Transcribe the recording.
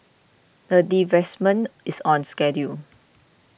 the divestment is on schedule